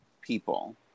people